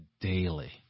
daily